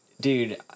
Dude